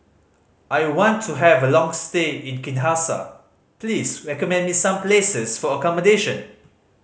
I want to have a long stay in Kinshasa please recommend me some places for accommodation